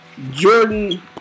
Jordan